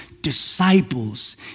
disciples